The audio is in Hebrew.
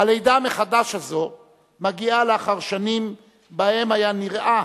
"הלידה מחדש" הזו מגיעה לאחר שנים שבהן היה נראה